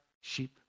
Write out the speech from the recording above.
sheep